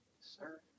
Sir